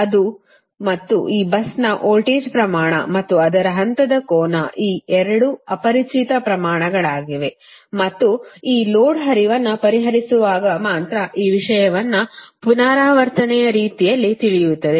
ಅದು ಮತ್ತು ಈ busನ ವೋಲ್ಟೇಜ್ನ ಪ್ರಮಾಣ ಮತ್ತು ಅದರ ಹಂತದ ಕೋನ ಈ 2 ಅಪರಿಚಿತ ಪ್ರಮಾಣಗಳಾಗಿವೆ ಮತ್ತು ಈ ಲೋಡ್ ಹರಿವನ್ನು ಪರಿಹರಿಸುವಾಗ ಮಾತ್ರ ಈ ವಿಷಯವನ್ನು ಪುನರಾವರ್ತನೆಯ ರೀತಿಯಲ್ಲಿ ತಿಳಿಯುತ್ತದೆ